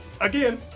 again